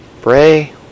Bray